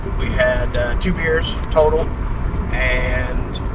we had two beers total and